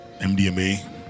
MDMA